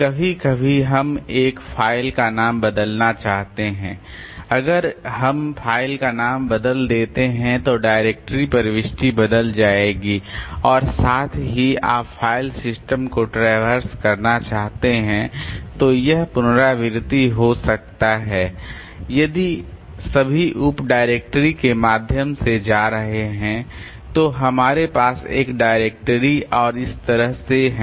कभी कभी हम एक फ़ाइल का नाम बदलना चाहते हैं अगर हम फ़ाइल का नाम बदल देते हैं तो डायरेक्टरी प्रविष्टि बदल जाएगी और साथ ही आप फ़ाइल सिस्टम को ट्रैवर्स करना चाहते हैं तो यह पुनरावर्ती हो सकता है यदि सभी उप डायरेक्टरी के माध्यम से जा रहे हैं जो हमारे पास एक डायरेक्टरी और इस तरह से हैं